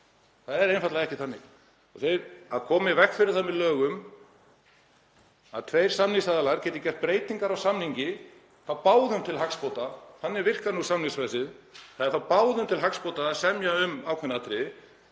það er einfaldlega ekki þannig. Að koma í veg fyrir það með lögum að tveir samningsaðilar geti gert breytingar á samningi báðum til hagsbóta — þannig virkar samningsfrelsið, það er þá báðum til hagsbóta að semja um ákveðin atriði